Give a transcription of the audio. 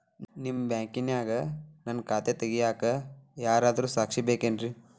ನಿಮ್ಮ ಬ್ಯಾಂಕಿನ್ಯಾಗ ನನ್ನ ಖಾತೆ ತೆಗೆಯಾಕ್ ಯಾರಾದ್ರೂ ಸಾಕ್ಷಿ ಬೇಕೇನ್ರಿ?